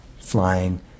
flying